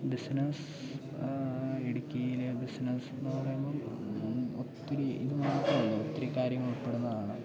business ഇടുക്കിയിലെ ബിസിനസ്സെന്നു പറയുമ്പോൾ ഒത്തിരി ഇതു മാത്രമല്ല ഒത്തിരി കാര്യങ്ങളുൾപ്പെടുന്നതാണ്